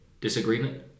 disagreement